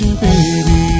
baby